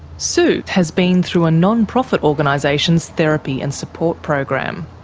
sue has been through a non-profit organisation's therapy and support program.